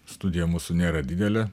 studija mūsų nėra didelė